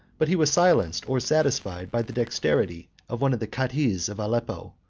but he was silenced, or satisfied, by the dexterity of one of the cadhis of aleppo,